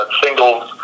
singles